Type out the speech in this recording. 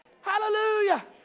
Hallelujah